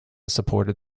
supported